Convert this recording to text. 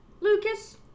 Lucas